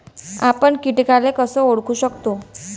आपन कीटकाले कस ओळखू शकतो?